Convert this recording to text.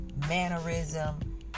mannerism